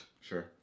sure